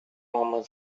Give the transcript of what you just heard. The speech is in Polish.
mamy